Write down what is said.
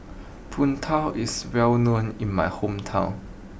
Png Tao is well known in my hometown